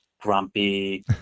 grumpy